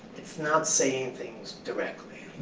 it's not saying things directly.